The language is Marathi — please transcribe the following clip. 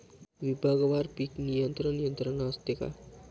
विभागवार पीक नियंत्रण यंत्रणा असते का?